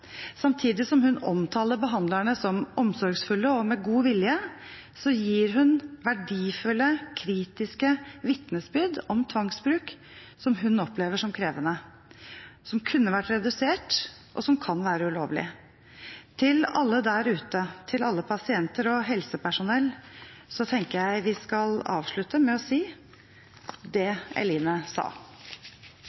Samtidig som hun omtaler behandlerne som omsorgsfulle og med god vilje, gir hun verdifulle, kritiske vitnesbyrd om tvangsbruk som hun opplever som krevende, som kunne vært redusert, som kan være ulovlig. Til alle der ute, til alle pasienter og helsepersonell tenker jeg vi skal avslutte med å si det